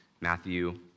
Matthew